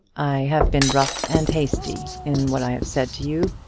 i have been rough and hasty in what i have said to you,